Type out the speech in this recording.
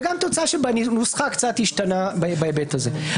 וגם תוצאה שהנוסחה קצת השתנתה בהיבט הזה.